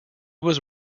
was